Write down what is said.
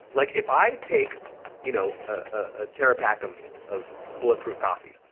like if i take you know a terapack of of bulletproof coffee,